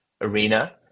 arena